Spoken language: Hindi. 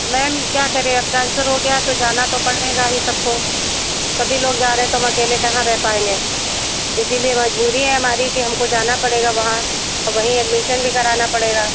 मैम क्या करें अब ट्रान्सफ़र हो गया है तो जाना तो पड़ेगा ही सबको सभी लोग जा रहे तो हम अकेले कहाँ रहे पाएँगे इसीलिए मजबूरी है हमारी कि हमको जाना पड़ेगा वहाँ वहीं एडमीशन भी कराना पड़ेगा